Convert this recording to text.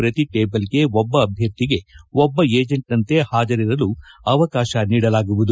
ಪ್ರತಿ ಟೇಬಲ್ಗೆ ಒಬ್ಬ ಅಭ್ಯರ್ಥಿಗೆ ಒಬ್ಬ ಏಜೆಂಟ್ ನಂತೆ ಹಾಜರಿರಲು ಅವಕಾಶ ನೀಡಲಾಗುವುದು